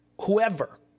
whoever